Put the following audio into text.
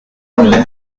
rouit